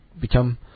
become